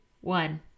one